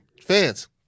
Fans